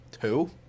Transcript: Two